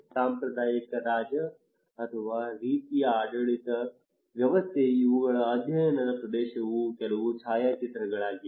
ಸಾಂಪ್ರದಾಯಿಕ ರಾಜ ಅಥವಾ ರೀತಿಯ ಆಡಳಿತ ವ್ಯವಸ್ಥೆ ಇವುಗಳು ಅಧ್ಯಯನ ಪ್ರದೇಶದ ಕೆಲವು ಛಾಯಾಚಿತ್ರಗಳಾಗಿವೆ